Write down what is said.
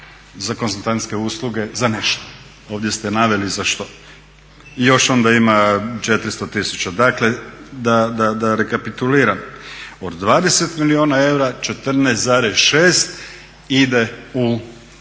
za konzultantske usluge za nešto. Ovdje ste naveli za što. I još onda ima 400 tisuća. Dakle, da rekapituliram. Od 20 milijuna eura 14,6 ide u